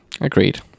Agreed